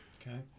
Okay